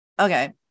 Okay